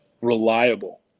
reliable